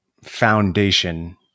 foundation